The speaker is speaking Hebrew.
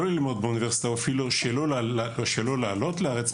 ללמוד באוניברסיטה ואפילו לא לעלות לארץ,